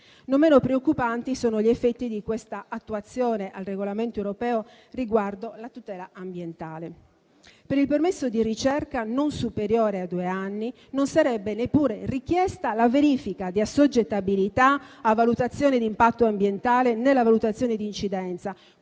Non meno preoccupanti sono gli effetti dell'attuazione del regolamento europeo riguardo la tutela ambientale. Per il permesso di ricerca non superiore a due anni non sarebbe neppure richiesta la verifica di assoggettabilità a valutazione di impatto ambientale nella valutazione di incidenza,